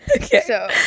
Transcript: Okay